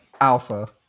Alpha